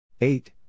Eight